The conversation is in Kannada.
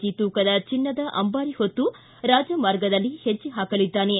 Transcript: ಜಿ ತೂಕದ ಚಿನ್ನದ ಅಂಬಾರಿ ಹೊತ್ತು ರಾಜಮಾರ್ಗದಲ್ಲಿ ಹೆಣ್ಣೆ ಹಾಕಲಿದ್ದಾನೆ